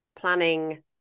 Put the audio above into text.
planning